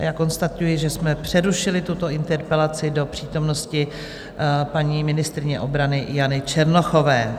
Konstatuji, že jsme přerušili tuto interpelaci do přítomnosti paní ministryně obrany Jany Černochové.